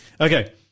Okay